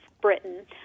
Britain